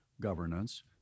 governance